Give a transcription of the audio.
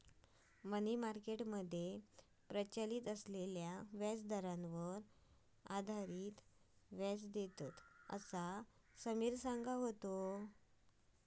मनी market मध्ये प्रचलित असलेल्या व्याजदरांवर आधारित व्याज देतत, असा समिर सांगा होतो